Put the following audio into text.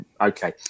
Okay